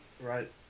Right